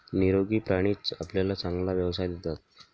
निरोगी प्राणीच आपल्याला चांगला व्यवसाय देतात